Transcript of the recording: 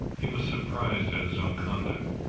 he was surprised at his own conduct,